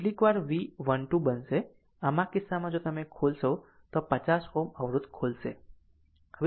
આમ આ કિસ્સામાં જો તમે આ ખોલશો તો આ 50 Ω અવરોધ ખોલશે